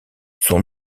son